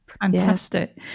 fantastic